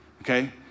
okay